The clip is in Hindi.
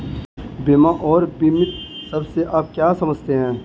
बीमा और बीमित शब्द से आप क्या समझते हैं?